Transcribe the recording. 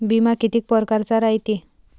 बिमा कितीक परकारचा रायते?